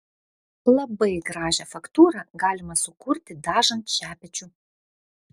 labai gražią faktūrą galima sukurti dažant šepečiu